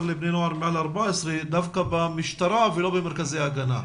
לבני נוער מעל גיל 14 דווקא במשטרה ולא במרכזי ההגנה,